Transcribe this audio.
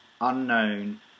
unknown